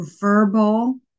verbal